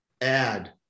add